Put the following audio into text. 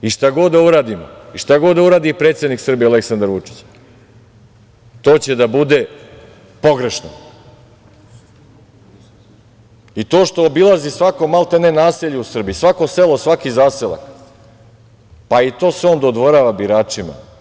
I šta god da uradimo i šta god da uradi predsednik Srbije Aleksandar Vučić, to će da bude pogrešno i to što obilazi svako maltene naselje u Srbiji i svako selo, svaki zaselak pa i to se on dodvorava biračima.